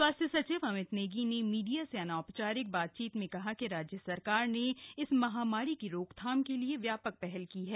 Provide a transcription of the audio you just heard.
स्वास्थ्य सचिव अमित नेगी ने मीडिया से अनौपचारिक बातचीत में कहा कि राज्य सरकार ने इस महामारी की रोकथाम के लिए व्यापक पहल की है